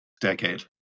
decade